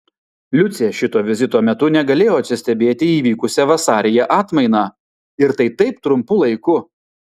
liucė šito vizito metu negalėjo atsistebėti įvykusia vasaryje atmaina ir tai taip trumpu laiku